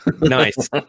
Nice